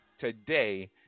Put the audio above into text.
Today